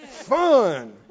Fun